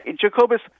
Jacobus